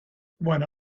when